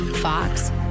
Fox